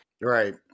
Right